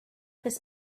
his